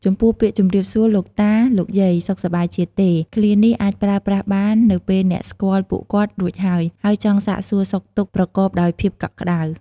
ចំពោះពាក្យ"ជម្រាបសួរលោកតា លោកយាយ សុខសប្បាយជាទេ?" ឃ្លានេះអាចប្រើប្រាស់បាននៅពេលអ្នកស្គាល់ពួកគាត់រួចហើយ ហើយចង់សាកសួរសុខទុក្ខប្រកបដោយភាពកក់ក្ដៅ។